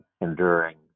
enduring